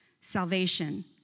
Salvation